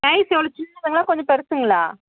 size எவ்வளோ சின்னதுங்களா கொஞ்சம் பெருசுங்களா